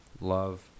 love